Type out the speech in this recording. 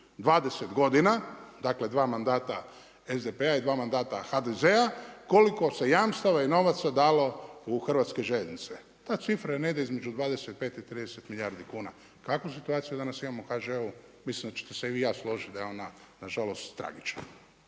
20 godina, dakle 2 mandata SDP-a i 2 mandata HDZ-a koliko se jamstava i novaca dalo u Hrvatske željeznice. Ta cifra je negdje između 25 i 30 milijardi kuna. Kakvu situaciju danas imamo u HŽ-u? Mislim da ćete se i vi i ja složiti da je ona nažalost tragična.